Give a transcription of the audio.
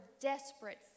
desperate